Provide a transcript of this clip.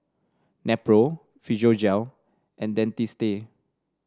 Nepro Physiogel and Dentiste